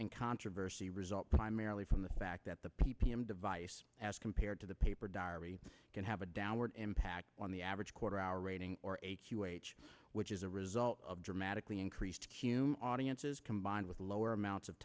and controversy result primarily from the fact that the p p m device as compared to the paper diary can have a downward impact on the average quarter hour rating or a q h which is a result of dramatically increased cume audiences combined with lower amounts of